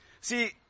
See